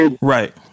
Right